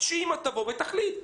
שהאימא תבוא ותחליט.